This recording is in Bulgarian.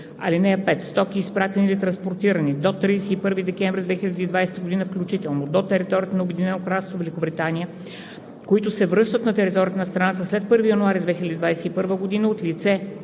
159д. (5) Стоки, изпратени или транспортирани до 31 декември 2020 г., включително до територията на Обединено кралство Великобритания, които се връщат на територията на страната след 1 януари 2021 г. от